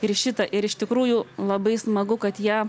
ir šitą ir iš tikrųjų labai smagu kad jie